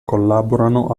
collaborano